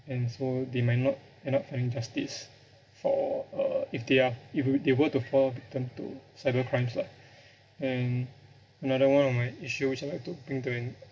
and so they might not end up finding justice for uh if they are if th~ they were to fall victim to cybercrimes lah and another one of my issues I would like to